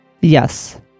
Yes